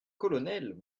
colonel